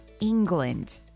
England